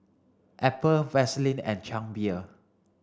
Apple Vaseline and Chang Beer